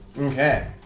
Okay